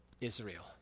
Israel